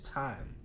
time